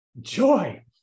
joy